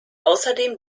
außerdem